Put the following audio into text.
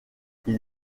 ils